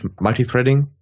multi-threading